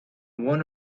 one